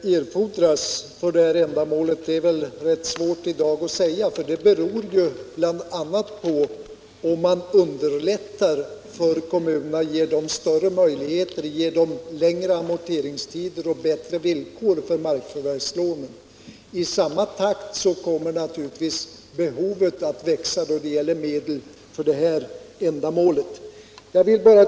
Herr talman! Hur mycket som erfordras för ändamålet är väl rätt svårt att säga i dag, för det beror bl.a. på om man underlättar situationen för kommunerna genom längre amorteringstider och bättre villkor för markförvärvslånen. I samma takt kommer naturligtvis behovet av medel för det här ändamålet att växa.